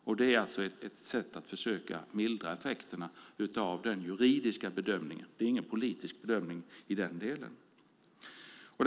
Detta är ett sätt att försöka mildra effekterna av den juridiska bedömningen - i den delen är det ingen politisk bedömning.